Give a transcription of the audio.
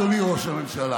אדוני ראש הממשלה,